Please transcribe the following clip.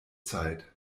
zeit